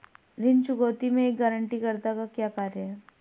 ऋण चुकौती में एक गारंटीकर्ता का क्या कार्य है?